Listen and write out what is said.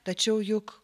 tačiau juk